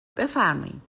بفرمایین